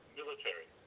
military